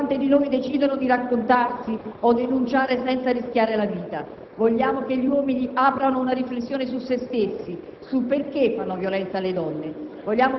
per quante di noi decidono di raccontarsi o denunciare senza rischiare la vita. Vogliamo che gli uomini aprano una riflessione su se stessi, sul perché fanno violenza alle donne.